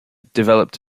developed